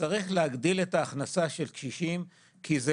שצריך להגדיל את ההכנסה של קשישים כי זה